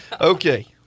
Okay